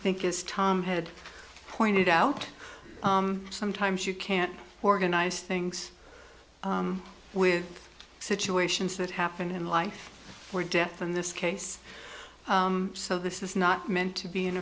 think as tom had pointed out sometimes you can't organize things with situations that happen in life or death in this case so this is not meant to be an